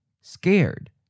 scared